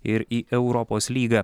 ir į europos lygą